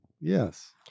Yes